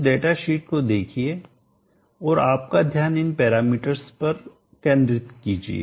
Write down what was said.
इस डेटाशीट को देखिए और आपका ध्यान इन पैरामीटर्स पर केंद्रित कीजिए